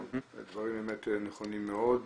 הדברים באמת נכונים מאוד.